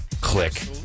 Click